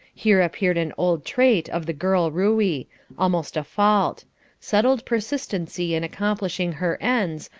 here appeared an old trait of the girl ruey almost a fault settled persistency in accomplishing her ends,